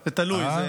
זה תלוי.